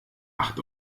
acht